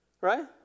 Right